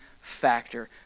factor